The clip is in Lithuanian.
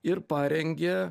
ir parengė